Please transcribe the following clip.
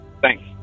Thanks